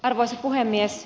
arvoisa puhemies